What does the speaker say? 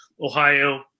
Ohio